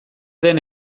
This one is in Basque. den